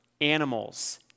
animals